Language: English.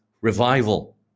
revival